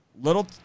Little